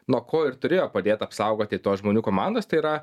nuo ko ir turėjo padėt apaugoti tos žmonių komandos tai yra